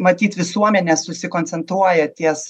matyt visuomenė susikoncentruoja ties